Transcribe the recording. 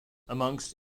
amongst